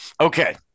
Okay